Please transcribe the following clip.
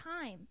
time